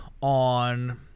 on